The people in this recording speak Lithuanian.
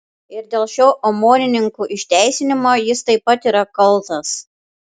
ir dėl šio omonininkų išteisinimo jis taip pat yra kaltas